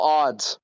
odds